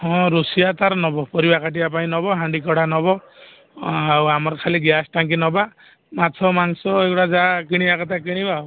ହଁ ରୋଷେଇଆ ତା'ର ନେବ ପରିବା କାଟିବା ପାଇଁ ନେବ ହାଣ୍ଡି କଡ଼ା ନେବ ଆଉ ଆମର ଖାଲି ଗ୍ୟାସ୍ ଟାଙ୍କି ନେବା ମାଛ ମାଂସ ଏଗୁଡ଼ା ଯାହା କିଣିବା କଥା କିଣିବା